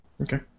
Okay